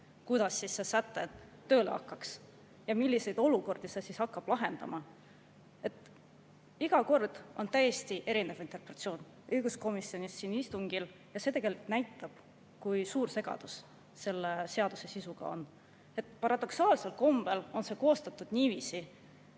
kuidas see säte tööle hakkaks ja milliseid olukordi see hakkaks lahendama. Iga kord on täiesti erinev interpretatsioon – õiguskomisjonis, siin istungil – ja see tegelikult näitab, kui suur segadus selle seaduse sisuga on. Paradoksaalsel kombel on see koostatud niiviisi,